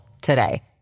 today